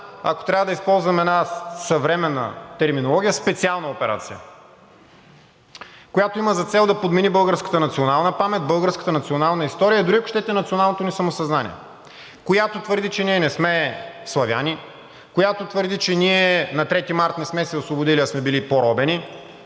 ако трябва да използвам една съвременна терминология, специална операция, която има за цел да подмени българската национална памет, българската национална история и дори, ако щете, националното ни самосъзнание, която твърди, че ние не сме славяни, която твърди, че ние на 3 март не сме се освободили, а сме били поробени,